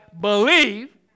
believe